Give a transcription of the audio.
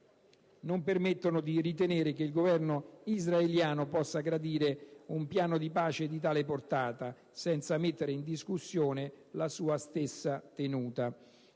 non permettono di ritenere che il Governo israeliano possa gradire un piano di pace di tale portata, senza mettere in discussione la sua stessa tenuta.